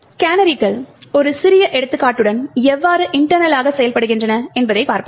கேனரிகள் ஒரு சிறிய எடுத்துக்காட்டுடன் எவ்வாறு இன்டெர்னலாக செயல்படுகின்றன என்பதைப் பார்ப்போம்